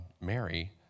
Mary